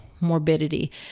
morbidity